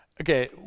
okay